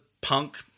punk